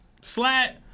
Slat